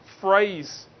phrase